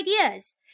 ideas